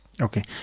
Okay